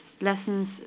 Lessons